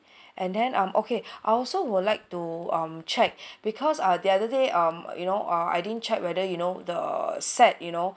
and then um okay I also would like to um check because uh the other day um you know uh I didn't check whether you know the set you know